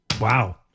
Wow